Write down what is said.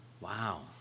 Wow